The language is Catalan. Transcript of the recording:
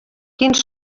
quins